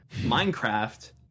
minecraft